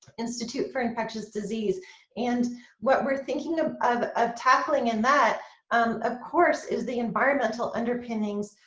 institute for infectious disease and what we're thinking of of of tackling in that um of course is the environmental underpinnings,